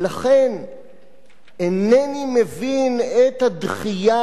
אינני מבין את הדחייה האוטומטית הזאת